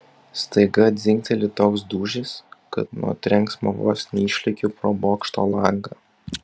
staiga dzingteli toks dūžis kad nuo trenksmo vos neišlekiu pro bokšto langą